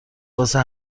واسه